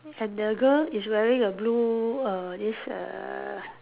and the girl is wearing a blue err this err